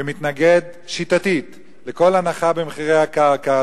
ומתנגד שיטתית לכל הנחה במחירי הקרקע,